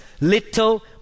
little